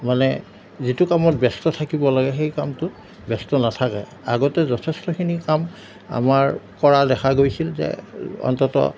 মানে যিটো কামত ব্যস্ত থাকিব লাগে সেই কামটোত ব্যস্ত নাথাকে আগতে যথেষ্টখিনি কাম আমাৰ কৰা দেখা গৈছিল যে অন্ততঃ